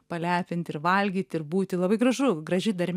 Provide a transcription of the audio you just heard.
palepint ir valgyt ir būti labai gražu graži dermė